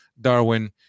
Darwin